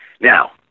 Now